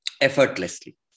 Effortlessly